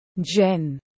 Jen